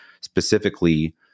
specifically